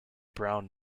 brown